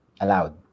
allowed